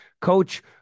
Coach